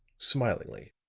smilingly.